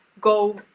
go